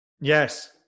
yes